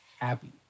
happy